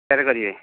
ଇଟାରେ କରିବେ